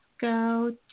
go